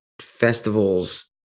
festivals